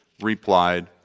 replied